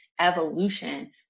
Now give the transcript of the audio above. evolution